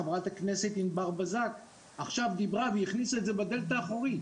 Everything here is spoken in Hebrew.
חברת הכנסת ענבר בזק עכשיו דיברה והכניסה את זה בדלת האחורית.